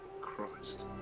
Christ